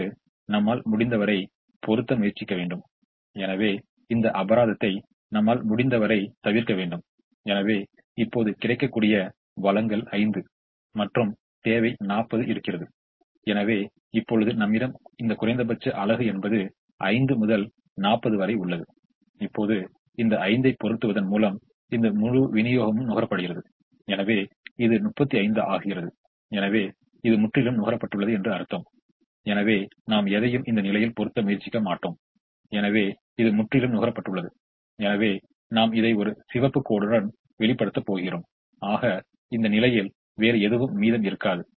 இப்போது நமக்கு கிடைத்த இந்த தீர்வு உகந்ததா இல்லையா என்பதை சரிபார்க்க வேண்டும் மேலும் இது உகந்த தீர்வாக இருப்பதை நாம் ஏற்கனவே அறிந்துள்ளோம் ஆனால் நாம் இப்போது மீண்டும் இங்கு a 1 ஐ கொண்டு பூர்த்தி செய்ய வேண்டும் மேலும் இங்கு a 1 ஐ பொருத்துவதின் மூலம் செலவு அதிகரிக்கிறது என்பதைக் காண முடிகிறது அதேபோல் a 1 ஐ கொண்டு இங்கே பூர்த்தி செய்வதின் மூலம் செலவு அதிகரிக்கிறது என்பதை நாம் நன்கு அறிவோம் எனவே கிடைத்திருக்கும் இந்த தீர்வு இந்த சிக்கலுக்காண உகந்த தீர்வாகும் இப்போது இந்த முறை ஸ்டெப்பிங் ஸ்டோன் மெத்தெட் என்று அழைக்கப்படுகிறது